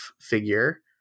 figure